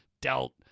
dealt –